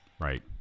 Right